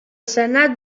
senat